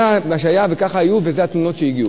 זה מה שהיה, וכך היה, ואלה התלונות שהגיעו.